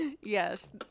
yes